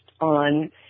on